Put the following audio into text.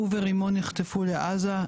הוא ורימון נחטפו לעזה,